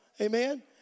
Amen